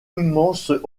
immense